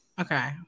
Okay